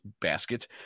basket